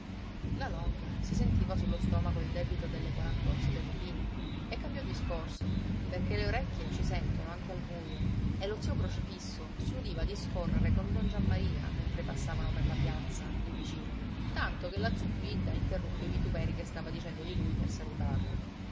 la longa si sentiva sullo stomaco il debito delle quarant'onze dei lupini e cambiò discorso perché le orecchie ci sentono anche al buio e lo zio crocifisso si udiva discorrere con don giammaria mentre passavano per la piazza lì vicino tanto che la zuppidda interruppe i vituperi che stava dicendo di lui per salutarlo